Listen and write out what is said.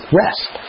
rest